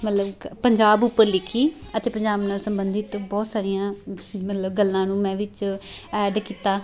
ਮਤਲਬ ਪੰਜਾਬ ਉੱਪਰ ਲਿਖੀ ਅਤੇ ਪੰਜਾਬ ਨਾਲ ਸੰਬੰਧਿਤ ਬਹੁਤ ਸਾਰੀਆਂ ਮਤਲਬ ਗੱਲਾਂ ਨੂੰ ਮੈਂ ਵਿੱਚ ਐਡ ਕੀਤਾ